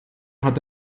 hat